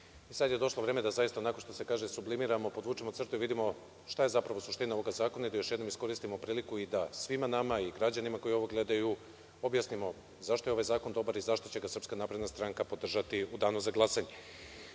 Sada je došlo vreme da zaista, što se kaže, sublimiramo, podvučemo crtu i vidimo šta je zapravo suština ovog zakona i da još jednom iskoristimo priliko da svima nama i građanima koji ovo gledaju objasnimo zašto je ovaj zakon dobar i zašto će ga SNS podržati u danu za